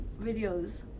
videos